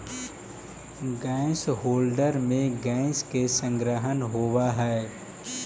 gas holder में gas के संग्रहण होवऽ हई